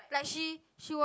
like she she wa~